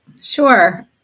Sure